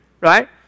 Right